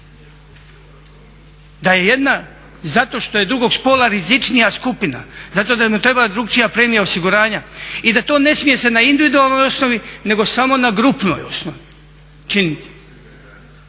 Da je jedna zato što je drugog spola rizičnija skupina, zato da mu treba drukčija premije osiguranja i da to ne smije se na individualnoj osnovi, nego samo na grupnoj osnovi činiti.